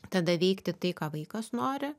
tada veikti tai ką vaikas nori